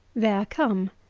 they are come.